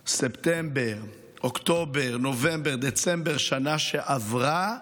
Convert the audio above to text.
ספטמבר, אוקטובר, נובמבר, דצמבר בשנה שעברה,